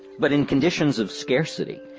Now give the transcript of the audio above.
but in conditions of scarcity,